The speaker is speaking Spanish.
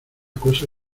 cosa